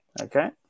Okay